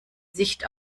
sicht